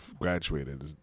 graduated